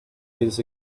his